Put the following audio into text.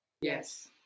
Yes